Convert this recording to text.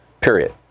period